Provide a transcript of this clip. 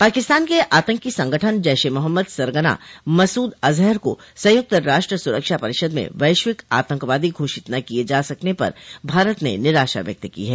पाकिस्तान के आतंकी संगठन जैश ए मोहम्मद सरगना मसूद अजहर को संयुक्त राष्ट्र सुरक्षा परिषद में वैश्विक आतंकवादी घोषित न किए जा सकने पर भारत ने निराशा व्यक्त की है